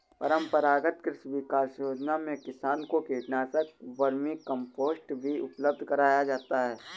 परम्परागत कृषि विकास योजना में किसान को कीटनाशक, वर्मीकम्पोस्ट भी उपलब्ध कराया जाता है